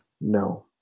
No